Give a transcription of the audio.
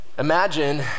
Imagine